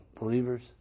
Believers